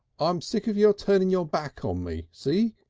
i'm sick of your turning your back on me, see?